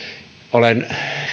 olen